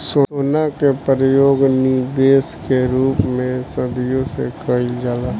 सोना के परयोग निबेश के रूप में सदियों से कईल जाला